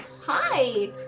Hi